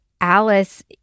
Alice